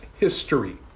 history